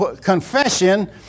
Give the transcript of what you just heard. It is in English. confession